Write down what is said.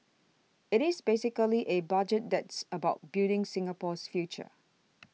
it is basically a Budget that's about building Singapore's future